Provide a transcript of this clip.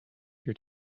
your